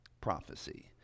prophecy